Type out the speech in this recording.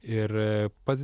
ir pats